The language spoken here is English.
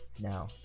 Now